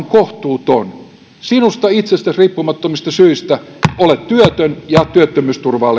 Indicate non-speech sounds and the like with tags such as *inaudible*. *unintelligible* kohtuuton sinusta itsestäsi riippumattomista syistä olet työtön ja työttömyysturvaa *unintelligible*